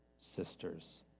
sisters